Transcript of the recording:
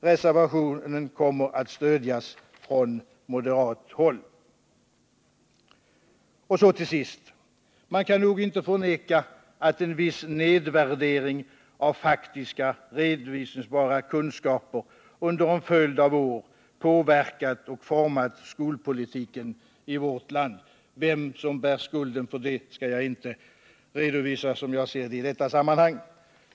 Reservationen kommer att stödjas från moderat håll. Till sist vill jag säga att man nog inte kan förneka att en viss nedvärdering av faktiska, redovisningsbara kunskaper under en följd av år har påverkat och format skolpolitiken i vårt land. Vem som enligt min mening bär skulden till detta skall jag inte redogöra för i detta sammanhang.